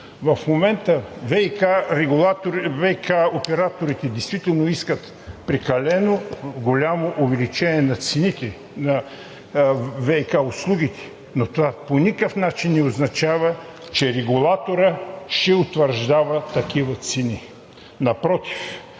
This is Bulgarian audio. В момента ВиК операторите действително искат прекалено голямо увеличение на цените на ВиК услугите, но това по никакъв начин не означава, че регулаторът ще утвърждава такива цени. Напротив,